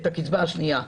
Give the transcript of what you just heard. את הקצבה השנייה.